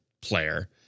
player